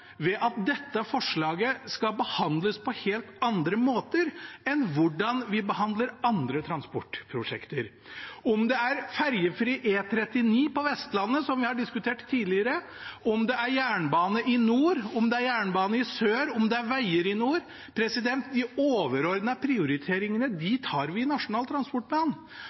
ved at dette forslaget skal behandles på helt andre måter enn hvordan vi behandler andre transportprosjekter. Om det er ferjefri E39 på Vestlandet, som vi har diskutert tidligere, om det er jernbane i nord, om det er jernbane i sør, om det er veger i nord – de overordnede prioriteringene tar vi i Nasjonal transportplan.